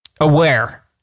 aware